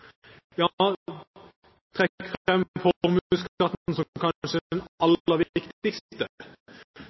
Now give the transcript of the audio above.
jeg trekker fram formuesskatten som kanskje det aller viktigste